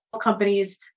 companies